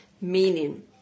meaning